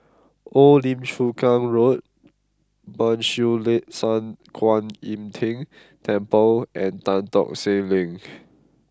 Old Lim Chu Kang Road Ban Siew Lee San Kuan Im Tng Temple and Tan Tock Seng Link